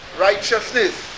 righteousness